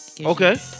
Okay